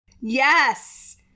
Yes